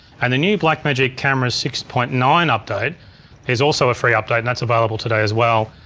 and the new blackmagic camera six point nine update is also a free update and that's available today as well,